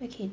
okay